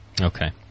Okay